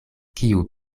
kiu